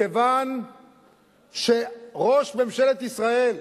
מכיוון שראש ממשלת ישראל,